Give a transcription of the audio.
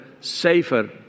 safer